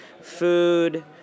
food